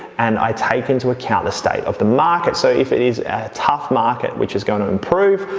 and i take into account the state of the market. so, if it is a tough market which is going to improve,